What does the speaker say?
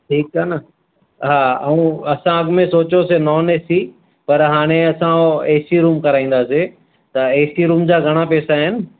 ठीकु आहे न हा ऐं असां अॻु में सोचियोसि नोन एसी पर हाणे असां एसी रुम कराईंदासीं त एसी रुम जा घणा पैसा आहिनि